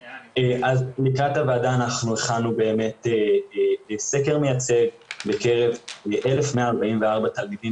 לקראת הוועדה אנחנו הכנו סקר מייצג בקרב 1,144 תלמידים